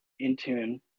Intune